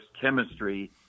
chemistry